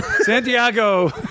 Santiago